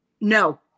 No